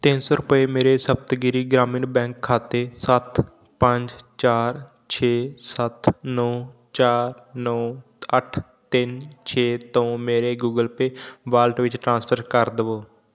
ਤਿੰਨ ਸੌ ਰੁਪਏ ਮੇਰੇ ਸਪਤਗਿਰੀ ਗ੍ਰਾਮੀਣ ਬੈਂਕ ਖਾਤੇ ਸੱਤ ਪੰਜ ਚਾਰ ਛੇ ਸੱਤ ਨੌ ਚਾਰ ਨੌ ਅੱਠ ਤਿੰਨ ਛੇ ਤੋਂ ਮੇਰੇ ਗੁਗਲ ਪੇ ਵਾਲਟ ਵਿੱਚ ਟ੍ਰਾਂਸਫਰ ਕਰ ਦਵੋ